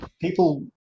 people